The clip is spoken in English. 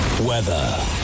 Weather